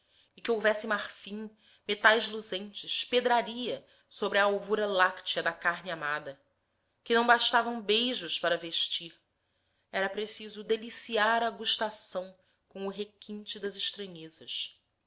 e que houvesse marfim metais luzentes pedraria sobre a alvura láctea da carne amada que não bastavam beijos para vestir era preciso deliciar a gustação como requinte das estranhezas